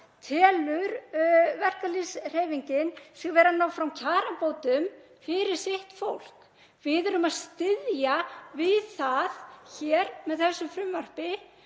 telur verkalýðshreyfingin sig vera að ná fram kjarabótum fyrir sitt fólk. Við erum að styðja við það hér með þessu frumvarpi